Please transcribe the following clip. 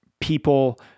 people